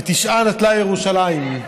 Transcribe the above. תשעה נטלה ירושלים.